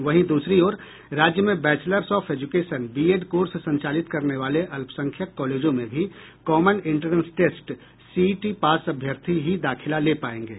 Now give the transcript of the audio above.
वहीं दूसरी ओर राज्य में bachelors of education BEd course संचालित करने वाले अल्पसंख्यक कॉलेजों में भी common entrance test CET pass अभ्यर्थी ही दाखिला ले पायेंगे